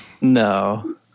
No